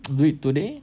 do it today